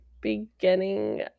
beginning